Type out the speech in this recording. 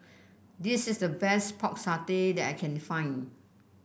this is the best Pork Satay that I can find